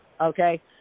okay